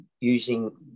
using